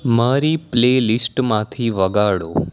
મારી પ્લેલિસ્ટમાંથી વગાડો